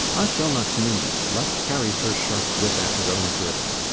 i shall not need lust carries her sharp whip at her own girdle.